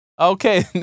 Okay